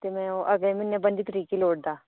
ते ओह् में अगले म्हीने पंजी तरीक गी लोड़दा